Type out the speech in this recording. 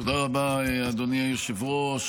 תודה רבה, אדוני היושב-ראש.